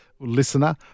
listener